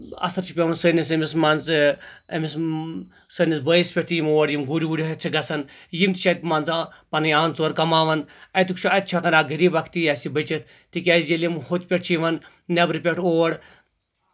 اَثر چھُ پیٚوان سٲنِس أمِس مان ژٕ أمِس سٲنِس بایِس پٮ۪ٹھ یِم اور یِم گُر وُر ہیٚتھ چھِ کھسان یِم تہِ چھِ اَتہِ مان ژٕ پَنٕنۍ آنہٕ ژور کَماوان اتُک چھُ اَتہِ چھِ ہیٚکان اکھ غریٖب اکھ تہِ اسہِ بٔچِتھ تِکیٚازِ ییٚلہِ یِم ہُتھ پٮ۪ٹھ چھِ یِوان نٮ۪برٕ پٮ۪ٹھ اور